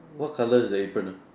what colour is the apron ah